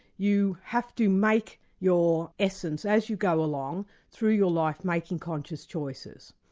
you have to make your essence as you go along through your life, making conscious choices.